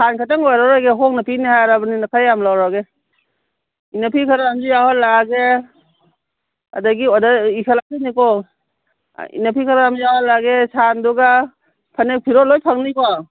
ꯁꯥꯜ ꯈꯛꯇꯪ ꯑꯣꯏꯔꯔꯣꯏꯒꯦ ꯍꯣꯡꯅ ꯄꯤꯅꯤ ꯍꯥꯏꯔꯕꯅꯤꯅ ꯈꯔ ꯌꯥꯝ ꯂꯧꯔꯒꯦ ꯏꯟꯅꯐꯤ ꯈꯔ ꯑꯃꯁꯨ ꯌꯥꯎꯍꯜꯂꯛꯂꯒꯦ ꯑꯗꯒꯤ ꯑꯣꯗꯔ ꯏꯁꯤꯜꯂꯛꯇꯣꯏꯅꯤꯀꯣ ꯏꯟꯅꯐꯤ ꯈꯔ ꯑꯃ ꯌꯥꯎꯍꯜꯂꯒꯦ ꯁꯥꯜꯗꯨꯒ ꯐꯅꯦꯛ ꯐꯤꯔꯣꯜ ꯂꯣꯏ ꯐꯪꯅꯤꯀꯣ